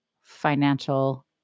financial